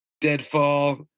Deadfall